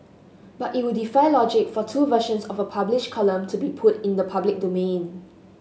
but it would defy logic for two versions of a published column to be put in the public domain